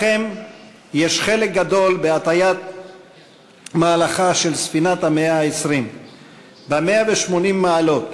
לכם יש חלק גדול בהטיית מהלכה של ספינת המאה ה-20 ב-180 מעלות,